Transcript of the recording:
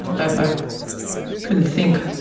i couldn't think,